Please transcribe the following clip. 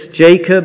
Jacob